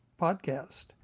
podcast